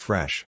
Fresh